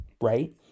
right